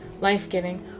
life-giving